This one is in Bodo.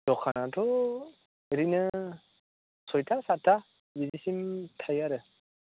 दखानाथ' ओरैनो सयथा साथथा बिदिसिम थायो आरो